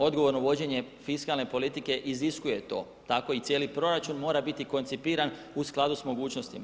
Odgovorno vođenje fiskalne politike iziskuje to, tako i cijeli proračun mora biti koncipiran u skladu sa mogućnosti.